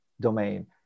domain